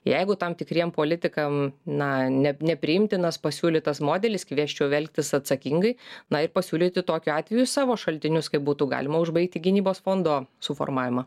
jeigu tam tikriem politikam na ne nepriimtinas pasiūlytas modelis kviesčiau elgtis atsakingai na ir pasiūlyti tokiu atveju savo šaltinius kaip būtų galima užbaigti gynybos fondo suformavimą